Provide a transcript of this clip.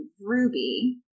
Ruby